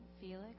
Felix